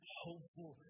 hopeful